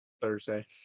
Thursday